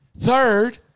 Third